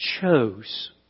chose